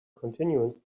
continuance